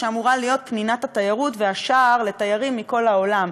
שאמורה להיות פנינת התיירות והשער לתיירים מכל העולם.